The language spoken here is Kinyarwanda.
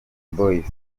boys